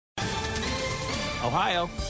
Ohio